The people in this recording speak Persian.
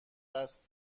است